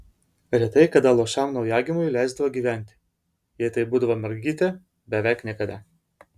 retai kada luošam naujagimiui leisdavo gyventi jei tai būdavo mergytė beveik niekada